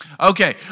Okay